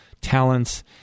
talents